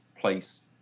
place